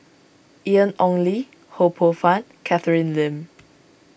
Ian Ong Li Ho Poh Fun Catherine Lim